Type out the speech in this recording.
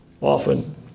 often